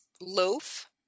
loaf